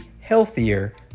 healthier